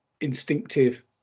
instinctive